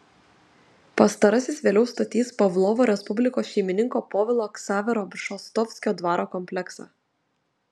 pastarasis vėliau statys pavlovo respublikos šeimininko povilo ksavero bžostovskio dvaro kompleksą